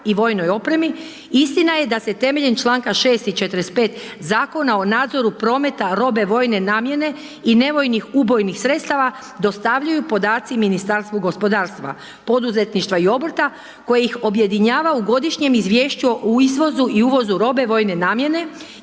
i vojnoj opremi, istina je da se temeljem čl. 6 i 45. Zakona o nadzoru prometa robe vojne namjene i nevojnih ubojnih sredstava dostavljaju podaci Ministarstvu gospodarstva, poduzetništva i obrta, koji ih objedinjava u godišnjem izvješću o izvozu i uvozu robe vojne namjene